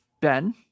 Ben